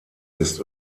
ist